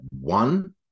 one